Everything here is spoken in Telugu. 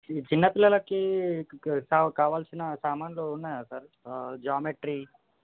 ఈ చిన్న పిల్లలకి కావు కావాలసిన సామాన్లు ఉన్నాయా సార్ జామెట్రీ